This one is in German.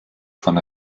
von